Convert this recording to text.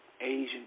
Asian